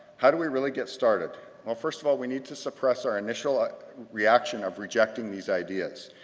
how do we really get started? well first of all we need to suppress our initial ah reaction of rejecting these ideas.